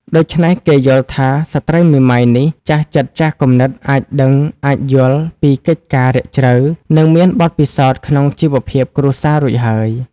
ដូច្នេះ គេយល់ថាស្ត្រីមេម៉ាយនេះចាស់ចិត្តចាស់គំនិតអាចដឹងអាចយល់ពីកិច្ចការណ៍រាក់ជ្រៅ និងមានបទពិសោធន៍ក្នុងជីវភាពគ្រួសាររួចហើយ ។